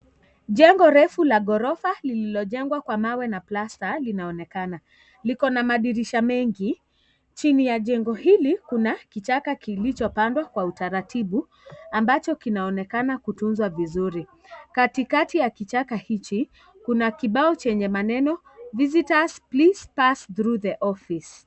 Jengo refu la ghorofa lililojengwa kwa mawe na plasta linaonekana. Liko na madirisha mengi. Chini ya jengo hili kuna kichaka kilichopandwa kwa utaratibu ambacho kinaonekana kutunzwa vizuri. Katikati ya kichaka hichi, kuna kibao chenye maneno Visitors Please Pass Through the Office .